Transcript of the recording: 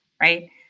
right